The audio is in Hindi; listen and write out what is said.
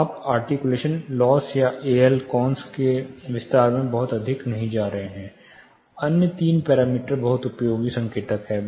आप आर्टिक्यूलेशन लॉस या ALCons के विस्तार में बहुत अधिक नहीं जा रहे हैं अन्य तीन पैरामीटर बहुत उपयोगी संकेतक हैं